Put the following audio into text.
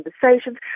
conversations